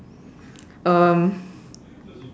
um